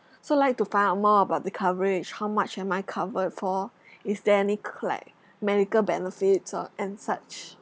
so like to find out more about the coverage how much am I covered for is there any k~ like medical benefits or and such